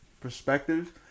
perspective